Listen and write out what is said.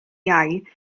iau